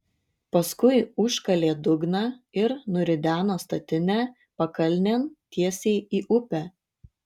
paskui užkalė dugną ir nurideno statinę pakalnėn tiesiai į upę